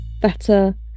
better